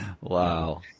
Wow